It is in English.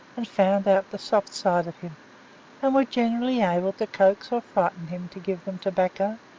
and found out the soft side of him and were generally able to coax or frighten him to give them tobacco,